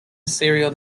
serial